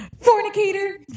fornicator